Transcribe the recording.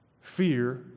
fear